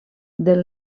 del